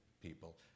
people